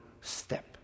step